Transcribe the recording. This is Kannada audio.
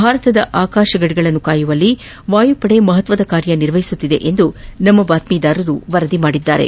ಭಾರತದ ಆಕಾಶಗಡಿಗಳನ್ನು ಕಾಯುವಲ್ಲಿ ವಾಯುಪಡೆ ಮಹತ್ವದ ಕಾರ್ಯ ನಿರ್ವಹಿಸುತ್ತಿದೆ ಎಂದು ನಮ್ನ ಬಾತ್ತಿದಾರರು ವರದಿ ಮಾಡಿದ್ದಾರೆ